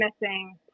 missing